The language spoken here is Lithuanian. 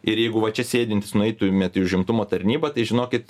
ir jeigu va čia sėdintys nueitumėt į užimtumo tarnybą tai žinokit